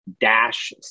Dash